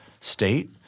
state